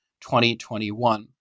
2021